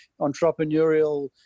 entrepreneurial